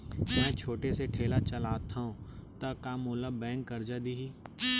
मैं छोटे से ठेला चलाथव त का मोला बैंक करजा दिही?